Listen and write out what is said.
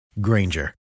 Granger